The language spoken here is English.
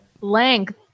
length